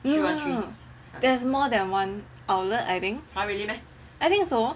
no no no there's more than one outlet I think I think so